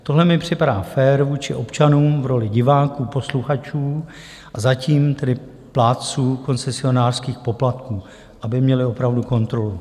Tohle mi připadá fér vůči občanům v roli diváků, posluchačů a zatím tedy plátců koncesionářských poplatků, aby měli opravdu kontrolu.